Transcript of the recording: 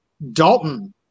Dalton